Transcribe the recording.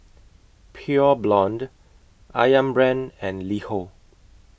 Pure Blonde Ayam Brand and LiHo